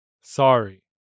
sorry